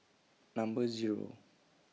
Number Zero